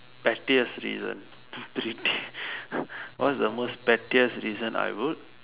pettiest reason pretty what is the most pettiest reason I wrote